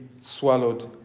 swallowed